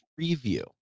preview